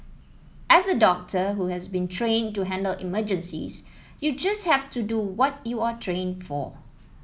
as a doctor who has been trained to handle emergencies you just have to do what you are trained for